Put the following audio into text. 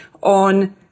on